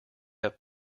have